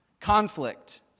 conflict